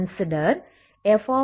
consider Fx1 minus